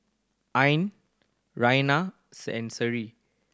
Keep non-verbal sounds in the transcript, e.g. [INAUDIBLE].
Ain [UNINTELLIGIBLE] and Seri